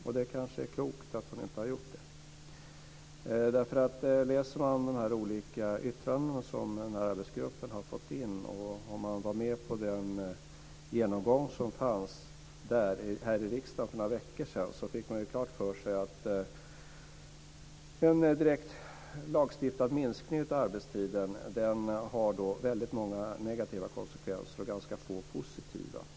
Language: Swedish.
Och det kanske är klokt att hon inte har gjort det. Om man läser de olika yttranden som den här arbetsgruppen har fått in och om man var med på den genomgång som ägde rum här i riksdagen för några veckor sedan fick man nämligen klart för sig att en direkt lagstiftad minskning av arbetstiden har väldigt många negativa konsekvenser och ganska få positiva.